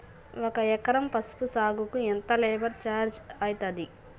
ఒక ఎకరం పసుపు సాగుకు ఎంత లేబర్ ఛార్జ్ అయితది?